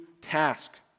task